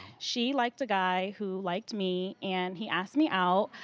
she liked a guy who liked me and he asked me out.